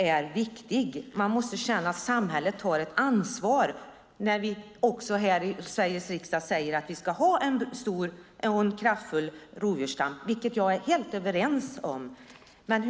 Man måste kunna känna att samhället tar ett ansvar, som när vi i Sveriges riksdag säger att vi ska ha en kraftfull rovdjursstam, vilket jag helt håller med om att vi ska ha.